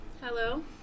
Hello